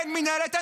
אין מינהלת,